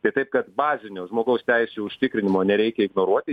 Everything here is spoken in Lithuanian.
tai taip kad bazinių žmogaus teisių užtikrinimo nereikia ignoruoti